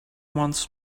months